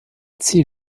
ziel